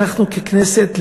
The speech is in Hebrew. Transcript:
אנחנו ככנסת,